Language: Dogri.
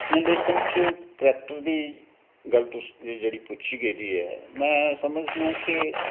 अपने लेखन च करैक्टर दी गल्ल तुस जेह्ड़ी तुस पुच्छी गेदी ऐ में समझना कि